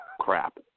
crap